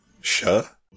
Sure